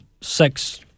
sex